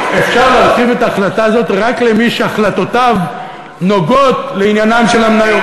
אפשר להרחיב את ההחלטה הזאת רק למי שהחלטותיו נוגעות לעניינן של המניות.